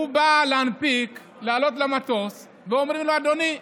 הוא בא לעלות למטוס ואומרים לו: אדוני,